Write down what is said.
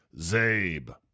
Zabe